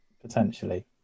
potentially